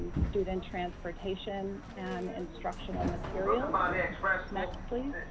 student transportation and instructional materials next, please.